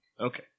Okay